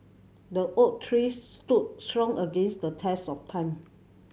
the oak tree stood strong against the test of time